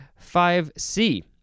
5C